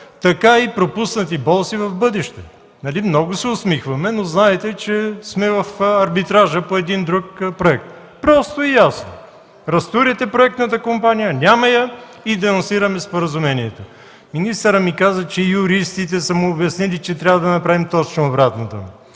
така и пропуснати бонуси в бъдеще. (Оживление.) Нали, много се усмихваме, но знаете, че сме в Арбитража по един друг проект?! Просто и ясно! Разтуряйте проектната компания, няма я и денонсираме споразумението. Министърът ми каза, че юристите са му обяснили, че трябва да направим точно обратното: